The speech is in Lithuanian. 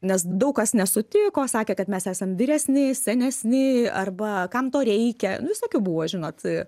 nes daug kas nesutiko sakė kad mes esam vyresni senesni arba kam to reikia visokių buvo žinot